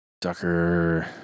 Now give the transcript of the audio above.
Ducker